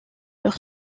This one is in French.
leur